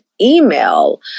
email